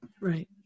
Right